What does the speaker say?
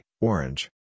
orange